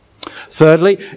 Thirdly